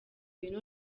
bintu